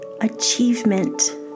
achievement